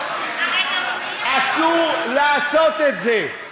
אסור לעשות את זה,